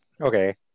okay